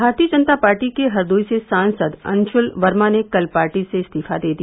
भारतीय जनता पार्टी के हरदोई से सांसद अंशुल वर्मा ने कल पार्टी से इस्तीफा दे दिया